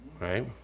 right